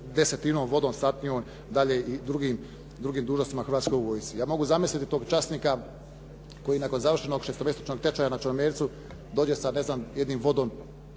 desetinom, vodom, satnijom, dalje i drugim dužnostima u Hrvatskoj vojsci. Ja mogu zamisliti tog časnika koji nakon završenog šestomjesečnog tečaja na Črnomercu dođe sa ne znam jednim